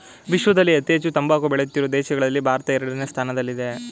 ವಿಶ್ವದಲ್ಲಿ ಅತಿ ಹೆಚ್ಚು ತಂಬಾಕು ಬೆಳೆಯುತ್ತಿರುವ ದೇಶಗಳಲ್ಲಿ ಭಾರತ ಎರಡನೇ ಸ್ಥಾನದಲ್ಲಿದೆ